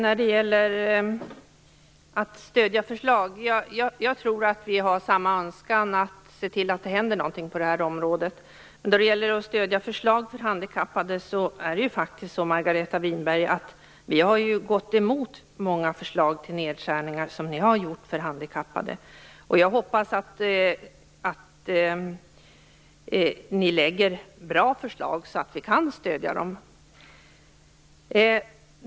Fru talman! Jag tror att vi har samma önskan att se till att det händer något på detta området. När det gäller att stödja förslag för att förbättra för handikappade, Margareta Winberg, har vi ju gått emot många förslag till nedskärningar för handikappade som ni har lagt fram. Jag hoppas att ni presenterar bra förslag, så att vi kan stödja dem.